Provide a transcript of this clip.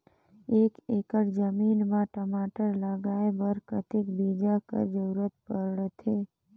एक एकड़ जमीन म टमाटर लगाय बर कतेक बीजा कर जरूरत पड़थे?